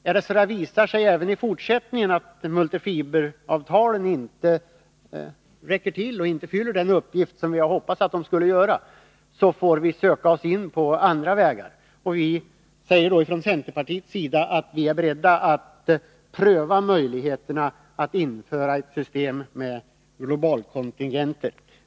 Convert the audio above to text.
Om det skulle visa sig även i fortsättningen att multifiberavtalen inte fyller den uppgift som vi hade hoppats att de skulle göra, får vi söka oss in på andra vägar. Från centerpartiets sida är vi beredda att pröva möjligheterna att införa ett system med globalkontingenter.